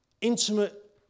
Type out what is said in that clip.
intimate